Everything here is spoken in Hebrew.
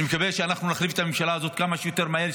אני מקווה שאנחנו נחליף את הממשלה הזאת כמה שיותר מהר,